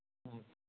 ம்